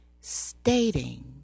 stating